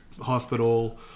hospital